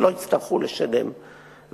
שלא יצטרכו לשלם,